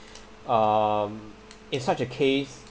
um in such a case